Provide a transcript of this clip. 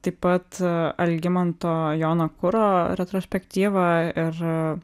taip pat algimanto jono kuro retrospektyva ir